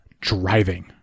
driving